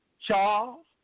Charles